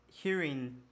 hearing